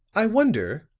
i wonder,